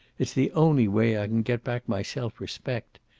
it's the only way i can get back my self-respect.